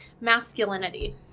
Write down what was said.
masculinity